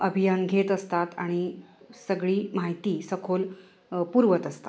अभियान घेत असतात आणि सगळी माहिती सखोल पुरवत असतात